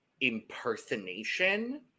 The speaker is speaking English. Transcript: impersonation